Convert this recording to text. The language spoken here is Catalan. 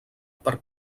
per